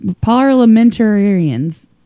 parliamentarians